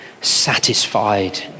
satisfied